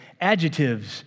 adjectives